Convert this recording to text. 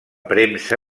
premsa